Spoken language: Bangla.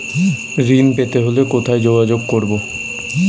ঋণ পেতে হলে কোথায় যোগাযোগ করব?